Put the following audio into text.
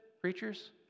preachers